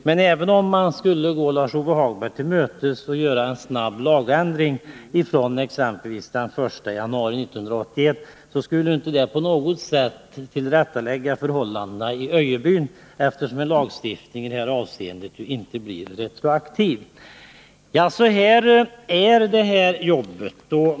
Men även om man skulle gå Lars-Ove Hagberg till mötes genom att göra en snabb lagändring, exempelvis gällande från den 1 januari 1981, så skulle inte det på något sätt tillrättalägga förhållandena i Öjebyn, eftersom en lagstiftning i det här avseendet ju inte blir retroaktiv. Ja, så är det här jobbet.